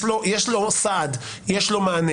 יש לו סעד, יש לו מענה.